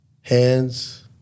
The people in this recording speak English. hands